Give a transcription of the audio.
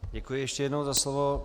Děkuji ještě jednou za slovo.